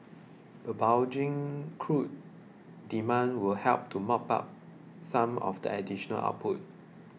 crude demand will help to mop up some of the additional output